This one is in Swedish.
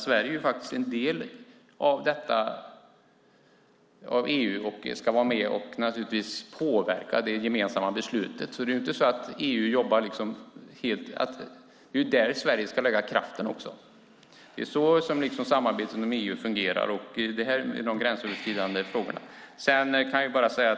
Sverige är faktiskt en del av EU och ska naturligtvis vara med och påverka det gemensamma beslutet. Det är där Sverige ska lägga kraften. Det är så samarbetet inom EU fungerar i de här gränsöverskridande frågorna.